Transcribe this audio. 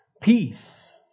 Peace